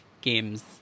games